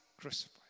crucified